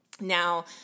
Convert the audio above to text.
Now